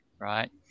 Right